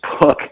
book